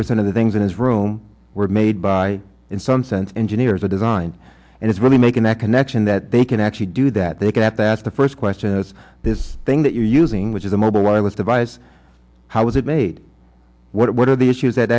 percent of the things in this room were made by in some sense engineers are designed and it's really making that connection that they can actually do that they can at that's the first question is this thing that you're using which is a mobile wireless device how is it made what are the issues that